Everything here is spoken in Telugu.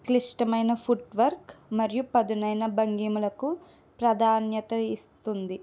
క్లిష్టమైన ఫుట్ వర్క్ మరియు పదునైన భంగిమలకు ప్రాధాన్యత ఇస్తుంది